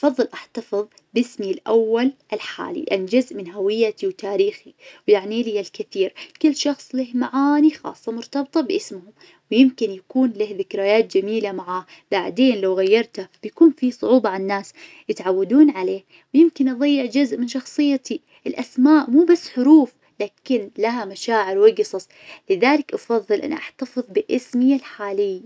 أفظل أحتفظ باسمي الأول الحالي، لأنه جزء من هويتي وتاريخي ويعني لي الكثير. كل شخص له معاني خاصة مرتبطة باسمهم، ويمكن يكون له ذكريات جميلة معاه. بعدين لو غيرته بيكون في صعوبة عالناس يتعودون عليه، ويمكن يظيع جزء من شخصيتي. الأسماء مو بس حروف لكن لها مشاعر وقصص لذلك أفظل أن أحتفظ باسمي الحالي.